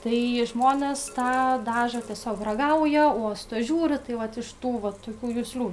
tai žmonės tą dažą tiesiog ragauja uosto žiūri tai vat iš tų va tokių juslių